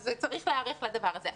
אז צריך להיערך לדבר הזה.